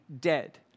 dead